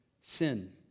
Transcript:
sin